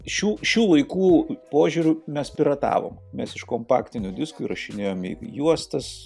šių šių laikų požiūriu mes piratavome mes iš kompaktinių diskų įrašinėjome į juostas